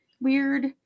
weird